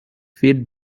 feed